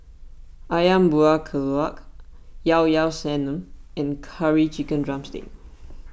Ayam Buah Keluak Llao Llao Sanum and Curry Chicken Drumstick